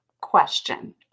question